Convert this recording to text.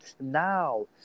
Now